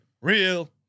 real